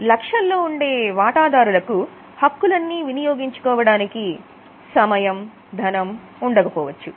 లక్షల్లో ఉండే వాటాదారులకు హక్కులన్నీ వినియోగించుకోవడానికి సమయం ధనము ఉండకపోవచ్చు